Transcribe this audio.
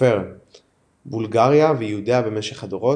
הכפר - בולגריה ויהודיה במשך הדורות,